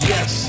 Yes